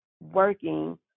working